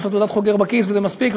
יש לו תעודת חוגר בכיס וזה מספיק,